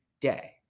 day